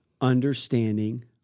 understanding